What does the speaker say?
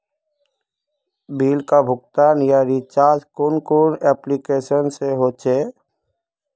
Bill का भुगतान या रिचार्ज कुन कुन एप्लिकेशन से होचे?